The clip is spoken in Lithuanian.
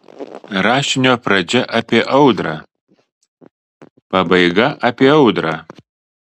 rašinio pradžia apie audrą pabaiga apie audrą